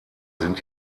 sind